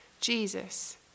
Jesus